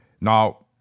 Now